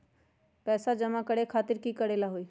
पैसा जमा करे खातीर की करेला होई?